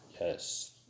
Yes